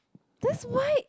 that's why